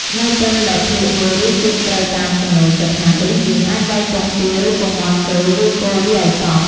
នៅពេលដែលភ្លក្សមើលរសជាតិត្រូវតាមចំំណូលចិត្តហើយ យើងអាចវៃពងទា ឬពងមាន់ចូល រួចកូរវាឱ្យសព្វ។